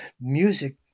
music